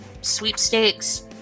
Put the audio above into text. sweepstakes